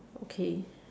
okay